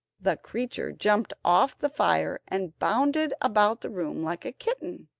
the creature jumped off the fire, and bounded about the room like a kitten,